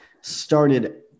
started